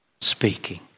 speaking